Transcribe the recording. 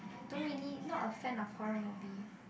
don't really not a fan of horror movie